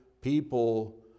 people